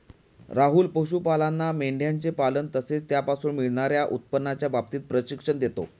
राहुल पशुपालांना मेंढयांचे पालन तसेच त्यापासून मिळणार्या उत्पन्नाच्या बाबतीत प्रशिक्षण देतो